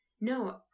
No